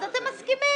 אז אתם מסכימים.